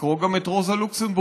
לקרוא גם את רוזה לוקסמבורג,